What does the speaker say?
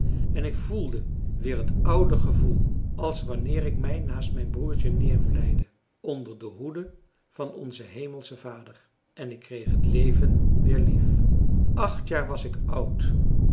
en ik voelde weer het oude gevoel als wanneer ik mij naast mijn broertje neervleide onder de hoede van onzen hemelschen vader en ik kreeg het leven weer lief acht jaar was ik oud